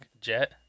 Jet